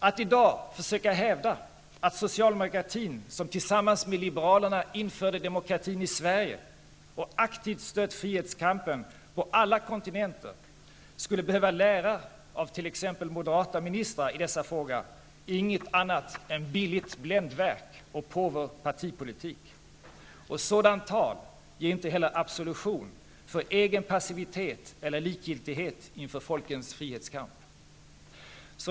Att i dag försöka hävda att socialdemokratin, som tillsammans med liberalerna införde demokratin i Sverige och som aktivt stött frihetskampen på alla kontinenter, skulle behöva lära av t.ex. moderata ministrar i dessa frågor är inget annat än billiga bländverk och påver partipolitik. Sådant tal ger inte heller absolution för egen passivitet eller likgiltighet inför folkens frihetskamp.